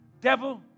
Devil